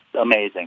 amazing